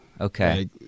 Okay